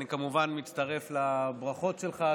אני כמובן מצטרף לברכות שלך,